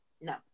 no